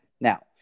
Now